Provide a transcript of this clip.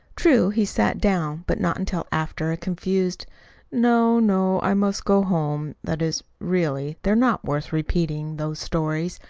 true, he sat down but not until after a confused no, no, i must go home that is, really, they're not worth repeating those stories.